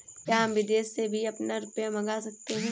क्या हम विदेश से भी अपना रुपया मंगा सकते हैं?